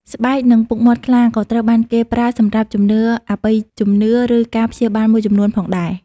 ស្បែក និងពុកមាត់ខ្លា ក៏ត្រូវបានគេប្រើសម្រាប់ជំនឿអបិយជំនឿ ឬការព្យាបាលមួយចំនួនផងដែរ។